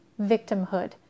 victimhood